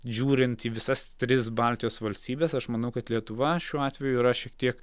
žiūrint į visas tris baltijos valstybes aš manau kad lietuva šiuo atveju yra šiek tiek